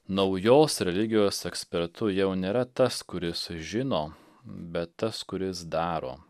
naujos religijos ekspertu jau nėra tas kuris žino bet tas kuris daro